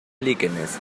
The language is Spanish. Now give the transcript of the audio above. líquenes